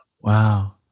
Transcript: Wow